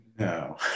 No